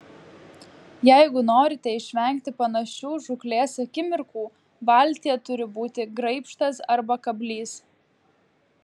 jeigu norite išvengti panašių žūklės akimirkų valtyje turi būti graibštas arba kablys